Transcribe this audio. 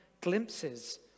glimpses